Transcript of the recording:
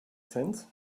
sense